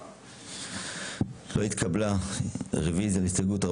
הצבעה הרוויזיה לא נתקבלה הרוויזיה לא התקבלה.